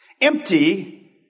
empty